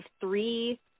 three